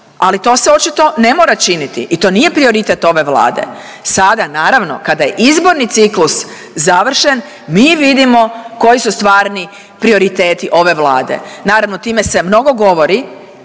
ali to se očito ne mora činiti i to nije prioritet ove Vlade. Sada naravno kada je izborni ciklus završen mi vidimo koji su stvarni prioriteti ove Vlade, naravno time se mnogo govori